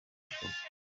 gikorwa